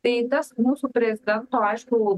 tai tas mūsų prezidento aišku